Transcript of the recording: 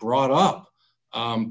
brought up